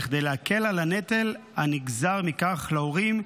כדי להקל על הנטל הנגזר מכך להורים,